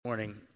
morning